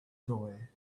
joy